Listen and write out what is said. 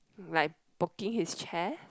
like poking his chair